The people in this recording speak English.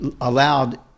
allowed